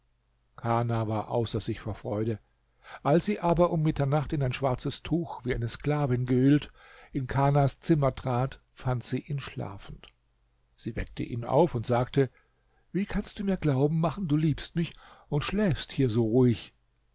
kana war außer sich vor freude als sie aber um mitternacht in ein schwarzes tuch wie eine sklavin eingehüllt in kanas zimmer trat fand sie ihn schlafend sie weckte ihn auf und sagte wie kannst du mir glauben machen du liebst mich und schläfst hier so ruhig